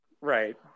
Right